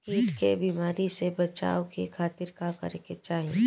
कीट के बीमारी से बचाव के खातिर का करे के चाही?